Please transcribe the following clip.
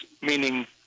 meaning